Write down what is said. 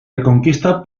reconquista